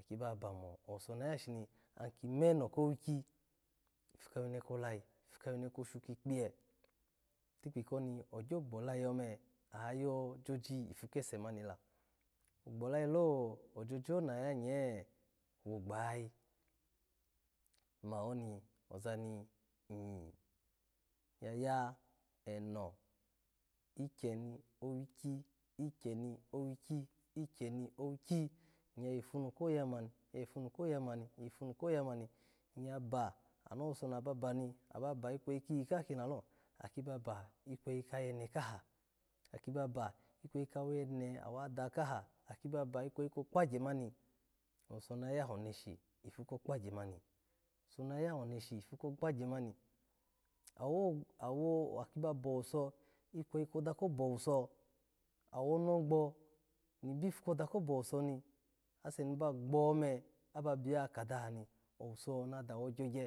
Aki ba bamo, owuso na ya shi ni ameno kowiki ipu kowine kokyi ipu kawuni koshu kikpiya, itikpi koni ogyo gbolayi ome oyajoje ipu kese mani la, ogbolayi lo ojoji ho no ya nye wo gbayayi. Mani oni eno ozani i ya ya eno ikyeni kpowi ki, ikyeni wiki, ikeyni owike iya yipu koya mani iya yipu ko ya mani, iya ya yipu ko ya mani iya ba, anowuso naba bami aba ba, ikweyi kiyi ka haki lalo aki ba ba, ikweyi kayene kaha, aki ba ba, ikweyi kawene, hutada kaha, eki ba ba ikweyi ko kpagye mani owuso ma yoha oneshi. Ipu ko kpagye mani, olusona yaha oweshi ipu ki kpagye mani owo owo aki ba bowuso ikweyi koda kobowuso, awonogbo ni hipu ko da kobowuso ni, ase ni ba gbome aba biwa kadaha ni owuso ma dawogyo gye